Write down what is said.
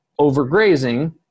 overgrazing